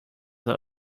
that